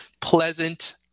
pleasant